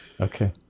okay